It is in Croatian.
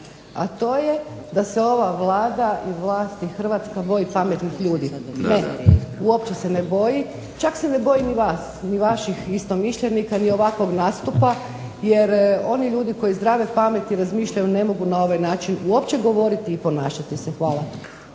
a to je da se ova Vlada i vlasti Hrvatska boji pametnih ljudi. Ne, uopće se ne boji, čak se ne boji ni vas ni vaših istomišljenika ni ovakvog nastupa jer oni ljudi koji zdrave pameti razmišljaju ne mogu na ovaj način uopće govoriti i ponašati se. Hvala.